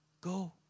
go